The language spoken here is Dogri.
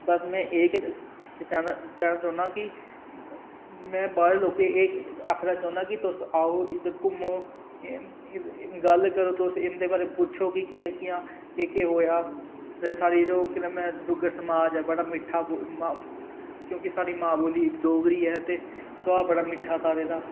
बस में एह् गै कहना चाह्न्ना कि में बाहरें दे लोकें गी एह् आक्खनां चाह्न्ना कि तुस आओ ते इद्धर घुम्मो गल्ल करो तिुस इंदे बारै ई पुच्छो की कियां कियां केह् केह् होया होर जो साढ़ा डुग्गर समाज ऐ बड़ा मिट्ठा क्योंकि साढ़ी मां बोल्ली डोगरी ऐ ते स्भाऽ बड़ा मिट्ठा सारें दा